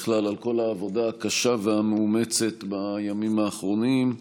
בכלל על כל העבודה הקשה והמאומצת בימים האחרונים.